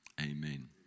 amen